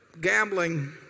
gambling